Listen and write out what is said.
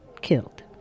killed